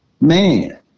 man